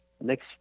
next